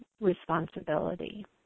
responsibility